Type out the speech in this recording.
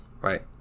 right